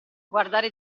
guardare